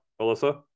Alyssa